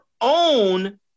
own